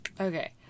Okay